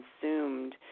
consumed